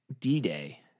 D-Day